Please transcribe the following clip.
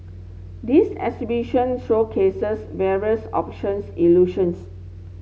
this exhibition showcases various options illusions